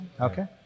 Okay